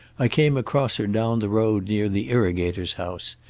i came across her down the road near the irrigator's house,